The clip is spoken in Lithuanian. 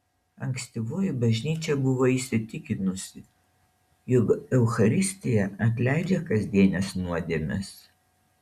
ankstyvoji bažnyčia buvo įsitikinusi jog eucharistija atleidžia kasdienes nuodėmes